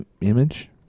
Image